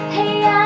Hey